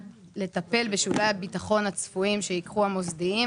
לטפל בשולי הביטחון הצפויים שייקחו המוסדיים,